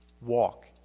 walk